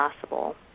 possible